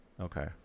Okay